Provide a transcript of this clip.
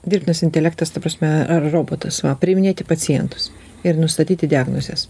dirbtinas intelektas ta prasme ar robotas va priiminėti pacientus ir nustatyti diagnozes